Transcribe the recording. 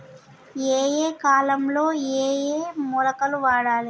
ఏయే కాలంలో ఏయే మొలకలు వాడాలి?